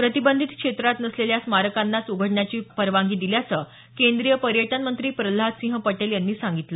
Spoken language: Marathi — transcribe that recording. प्रतिबंधित क्षेत्रात नसलेल्या स्मारकांनाच उघडण्याची परवानगी दिल्याचं केंद्रीय पर्यटन मंत्री प्रल्हाद सिंह पटेल यांनी सांगितलं